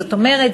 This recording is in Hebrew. זאת אומרת,